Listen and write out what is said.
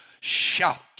shout